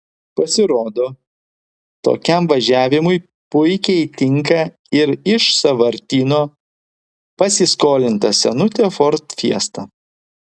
pasirodo tokiam važiavimui puikiai tinka ir iš sąvartyno pasiskolinta senutė ford fiesta